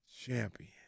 champion